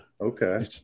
Okay